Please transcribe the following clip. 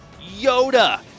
Yoda